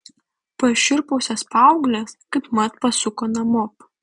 pašiurpusios paauglės kaipmat pasuko namop